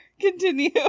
Continue